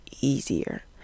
easier